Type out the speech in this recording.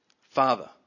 father